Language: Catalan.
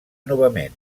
novament